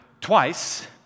twice